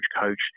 coach